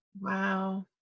Wow